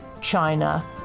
china